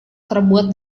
terbuat